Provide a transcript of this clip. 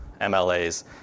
MLAs